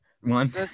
one